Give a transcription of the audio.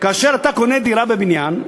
כאשר אתה קונה דירה בבניין,